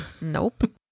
Nope